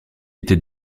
était